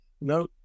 no